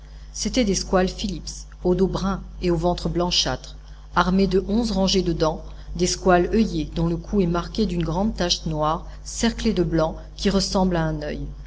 c'étaient des squales philipps au dos brun et au ventre blanchâtre armés de onze rangées de dents des squales oeillés dont le cou est marqué d'une grande tache noire cerclée de blanc qui ressemble à un oeil